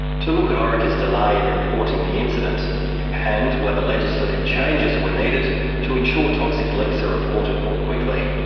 to look at orica's delay in reporting the incident and whether legislative changes were needed to ensure toxic leaks are reported more quickly.